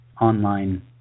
online